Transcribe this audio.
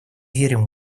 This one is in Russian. верим